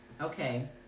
Okay